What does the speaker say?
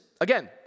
again